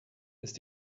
ist